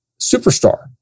superstar